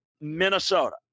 Minnesota